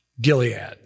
Gilead